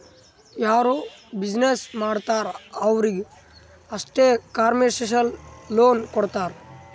ಯಾರು ಬಿಸಿನ್ನೆಸ್ ಮಾಡ್ತಾರ್ ಅವ್ರಿಗ ಅಷ್ಟೇ ಕಮರ್ಶಿಯಲ್ ಲೋನ್ ಕೊಡ್ತಾರ್